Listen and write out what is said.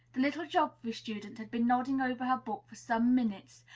little geography student had been nodding over her book for some minutes,